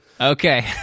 Okay